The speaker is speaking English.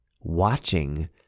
watching